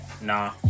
Nah